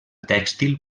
tèxtil